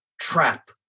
trap